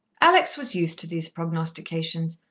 alex was used to these prognostications.